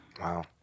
Wow